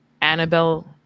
annabelle